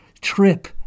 trip